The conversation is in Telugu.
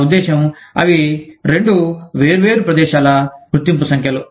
నా ఉద్దేశ్యం అవి రెండూ వేర్వేరు ప్రదేశాల గుర్తింపు సంఖ్యలు